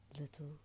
little